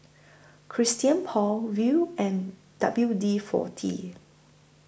Christian Paul Viu and W D forty